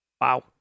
Wow